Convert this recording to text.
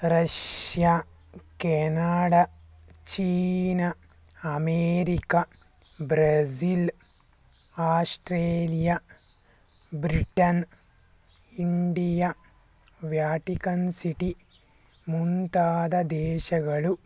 Russia Canada China America Brazil Australia Britain India Vatican City ಮುಂತಾದ ದೇಶಗಳು